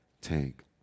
Tank